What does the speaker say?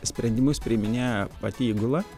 sprendimus priiminėja pati įgula